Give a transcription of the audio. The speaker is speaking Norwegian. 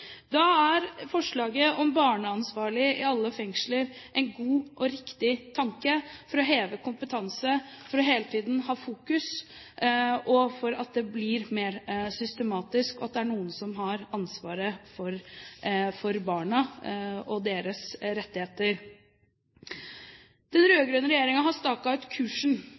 Da er forslaget om en barneansvarlig i alle fengsler en god og riktig tanke for å få hevet kompetanse, for hele tiden å ha det i fokus, og slik at det blir mer systematisk at det er noen som har ansvaret for barna og deres rettigheter. Den rød-grønne regjeringen har staket ut kursen.